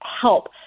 help